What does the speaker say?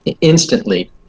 instantly